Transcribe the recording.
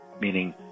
meaning